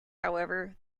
however